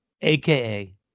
aka